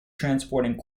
transporting